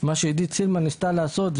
מה שעידית סילמן ניסתה לעשות,